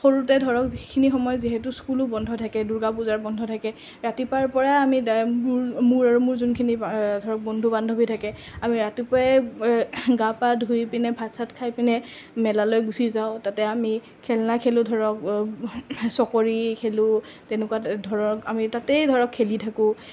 সৰুতে ধৰক সেইখিনি সময় যিহেতু স্কুলো বন্ধ থাকে দুৰ্গা পূজাৰ বন্ধ থাকে ৰাতিপুৱাৰ পৰা মোৰ আৰু মোৰ যোনখিনি ধৰক বন্ধু বান্ধৱী থাকে আমি ৰাতিপুৱাই গা পা ধুই পেনে ভাত চাত খাই পেনে মেলালৈ গুচি যাওঁ তাতে আমি খেলনা খেলোঁ ধৰক চকৰি খেলোঁ তেনেকুৱা ধৰক আমি তাতেই ধৰক খেলি থাকোঁ